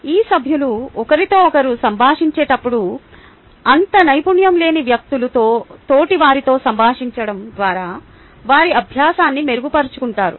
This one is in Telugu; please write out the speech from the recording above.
ఈ సభ్యులు ఒకరితో ఒకరు సంభాషించేటప్పుడు అంత నైపుణ్యం లేని వ్యక్తులు తోటివారితో సంభాషించడం ద్వారా వారి అభ్యాసాన్ని మెరుగుపరుచుకుంటారు